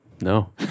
No